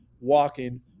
walking